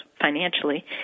financially